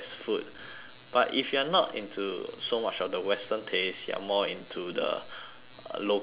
but if you're not into so much of the western taste you're more into the uh local taste